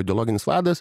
ideologinis vadas